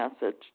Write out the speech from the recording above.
message